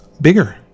bigger